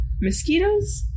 mosquitoes